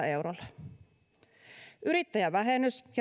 eurolla yrittäjävähennys ja